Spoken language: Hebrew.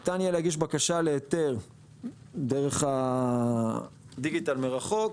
ניתן יהיה בקשה להיתר דרך הדיגיטל מרחוק.